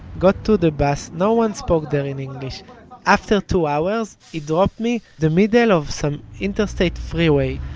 got to the bus no one spoke there in english after two hours he dropped me the middle of some interstate freeway.